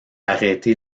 arrêté